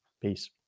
Peace